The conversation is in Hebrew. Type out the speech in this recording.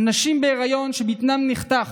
על נשים בהיריון שבטנן נחתכה,